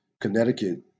Connecticut